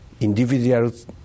individuals